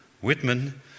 Whitman